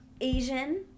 Asian